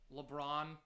LeBron